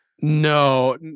No